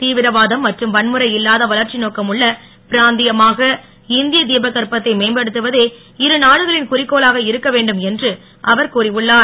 தீவிரவாதம் மற்றும் வன்முறை இல்லாத வளர்ச்சி நோக்கம் உள்ள பிராந்தியமாக இந்திய திபகற்பத்தை மேம்படுத்துவதே இருநாடுகளின் குறிக்கோளாக இருக்க வேண்டும் என்று அவர் கூறி உள்ளார்